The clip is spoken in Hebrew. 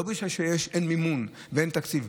לא בגלל שאין מימון ואין תקציב,